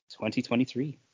2023